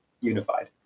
unified